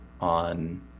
on